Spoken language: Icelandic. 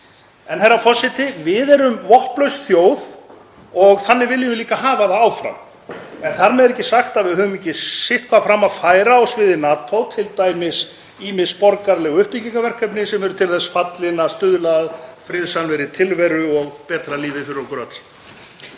Herra forseti. Við erum vopnlaus þjóð og þannig viljum við líka hafa það áfram. En þar með er ekki sagt að við höfum ekki sitthvað fram að færa á sviði NATO, t.d. ýmis borgaraleg uppbyggingarverkefni sem eru til þess fallin að stuðla að friðsamlegri tilveru og betra lífi fyrir okkur öll.